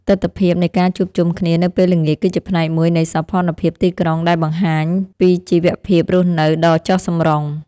ទិដ្ឋភាពនៃការជួបជុំគ្នានៅពេលល្ងាចគឺជាផ្នែកមួយនៃសោភ័ណភាពទីក្រុងដែលបង្ហាញពីជីវភាពរស់នៅដ៏ចុះសម្រុង។